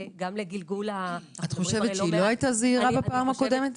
לגלגול --- את חושבת שהיא לא היתה זהירה בפעם הקודמת?